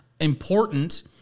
important